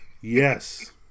Yes